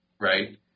Right